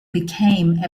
became